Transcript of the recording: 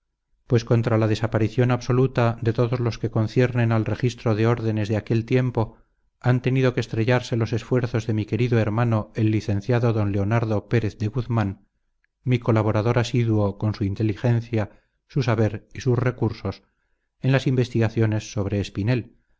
pues contra la desaparición absoluta de todos los que conciernen al registro de ordenes de aquel tienipo han tenido que estrellarse los esfuerzos de mi querido hermano el licenciado don leonardo pérez de guzmán mi colaborador asiduo con su inteligencia su saber y sus recursos en las investigaciones sobre espinel